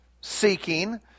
seeking